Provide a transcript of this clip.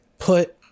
put